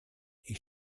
ich